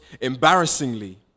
embarrassingly